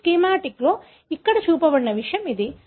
ఈ స్కీమాటిక్లో ఇక్కడ చూపబడిన విషయం ఇది